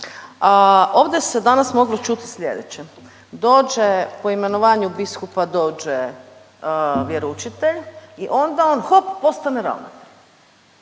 ovdje se danas moglo čuti slijedeće, dođe, po imenovanju biskupa dođe vjeroučitelj i onda on hop postane